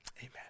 Amen